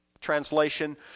translation